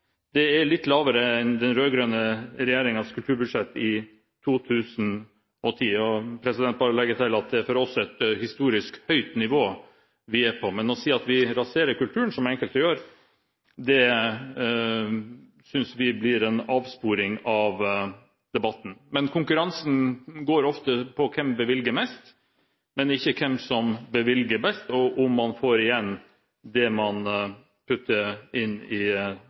Det er litt lavere enn den rød-grønne regjeringens kulturbudsjett i 2010. Jeg vil bare legge til at for oss er det et historisk høyt nivå vi er på. Å si at vi raserer kulturen, som enkelte gjør, synes vi blir en avsporing av debatten. Konkurransen går ofte på hvem som bevilger mest, ikke på hvem som bevilger best, og om man får igjen det man putter inn i